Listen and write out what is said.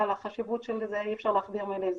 על החשיבות של זה אי אפשר להכביר מילים,